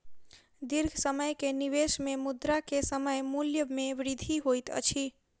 दीर्घ समय के निवेश में मुद्रा के समय मूल्य में वृद्धि होइत अछि